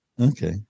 Okay